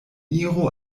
iru